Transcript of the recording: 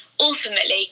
Ultimately